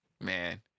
man